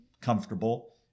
comfortable